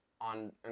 on